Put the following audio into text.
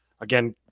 again